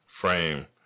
frame